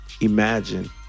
imagine